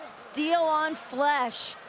steel on flesh.